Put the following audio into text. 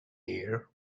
here